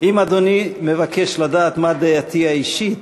אם אדוני מבקש לדעת מה דעתי האישית,